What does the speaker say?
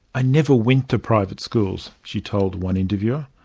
i never went to private schools she told one interviewer.